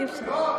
לא, אנחנו רגועים,